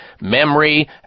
memory